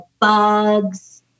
bugs